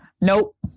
Nope